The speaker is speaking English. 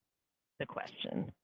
the question